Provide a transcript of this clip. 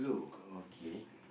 okay